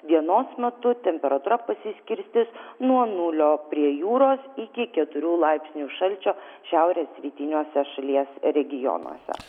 dienos metu temperatūra pasiskirstys nuo nulio prie jūros iki keturių laipsnių šalčio šiaurės rytiniuose šalies regionuose